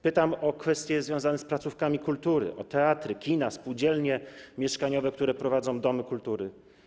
Pytam o kwestie związane z placówkami kultury, o teatry, kina, spółdzielnie mieszkaniowe, które prowadzą domy kultury.